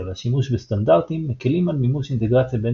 והשימוש בסטנדרטים מקלים על מימוש אינטגרציה בין